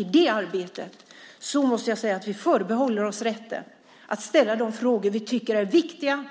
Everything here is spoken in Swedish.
I det arbetet måste jag säga att vi förbehåller oss rätten att ställa de frågor vi tycker är viktiga